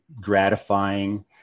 gratifying